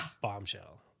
bombshell